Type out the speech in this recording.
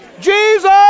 Jesus